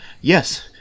yes